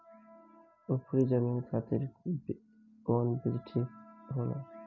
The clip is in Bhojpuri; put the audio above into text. उपरी जमीन खातिर कौन बीज ठीक होला?